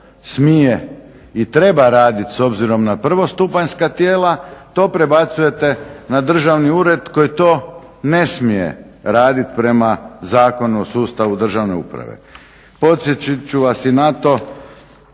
smije i treba radit s obzirom na prvostupanjska tijela, to prebacujete na državni ured koji to ne smije radit prema Zakonu o sustavu državne uprave. Podsjetit ću vas i na to